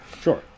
Sure